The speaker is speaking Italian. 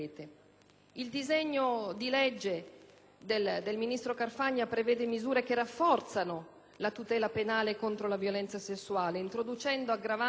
Il disegno di legge del ministro Carfagna prevede misure che rafforzano la tutela penale contro la violenza sessuale, introducendo aggravanti